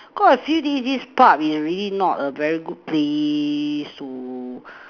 cause I see this this pub is really not a very good place to